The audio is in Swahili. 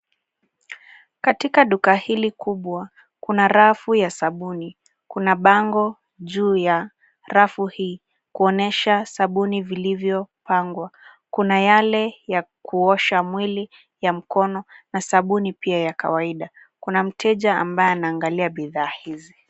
Katika duka hili kubwa, kuna rafu ya sabuni. Kuna bango juu ya rafu hii kuonyesha sabuni vilivyopangwa. Kuna yale ya kuosha mwili ya mkono na sabuni pia ya kawaida. Kuna mteja ambaye anaangalia bidhaa hizi.